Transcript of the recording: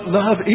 love